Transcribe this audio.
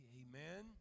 amen